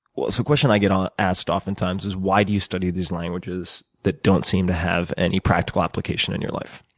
a so question i get um asked oftentimes is why do you study these languages that don't seem to have any practical application in your life?